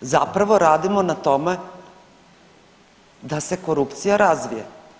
zapravo radimo na tome da se korupcija razvije.